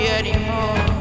anymore